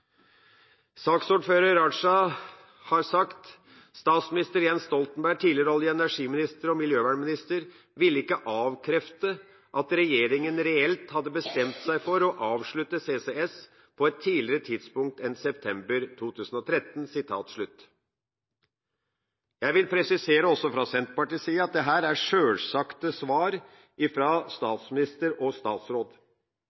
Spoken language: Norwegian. Saksordfører Raja har sagt: Statsminister Jens Stoltenberg og tidligere olje- og energiminister og miljøvernminister ville ikke avkrefte at regjeringa reelt hadde bestemt seg for å avslutte CCS på et tidligere tidspunkt enn september 2013. Jeg vil presisere også fra Senterpartiets side at dette er sjølsagte svar